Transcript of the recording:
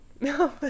No